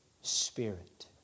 Spirit